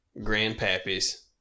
grandpappies